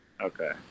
okay